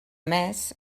més